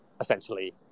essentially